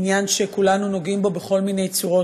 עניין שכולנו נוגעים בו בכל מיני צורות,